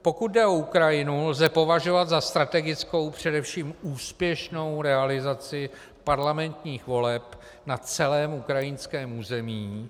Pokud jde o Ukrajinu, lze považovat za strategickou především úspěšnou realizaci parlamentních voleb na celém ukrajinském území.